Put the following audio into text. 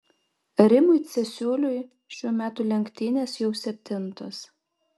rimui cesiuliui šių metų lenktynės jau septintos